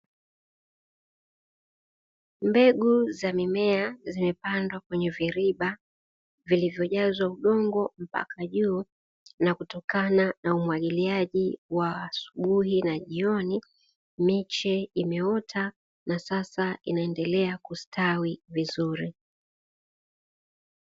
Mbegu za mimea zimepandwa kwenye viriba, vilivyojazwa udongo mpaka juu, na kutokana na umwagiliaji wa asubuhi na jioni, miche imeota na sasa inaendelea kustawi vizuri.